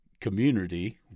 community